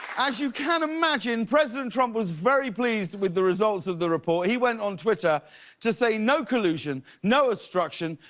as you can imagine, president trump was very pleased with the results of the report. he went on twitter to say no collusion, no obstruction.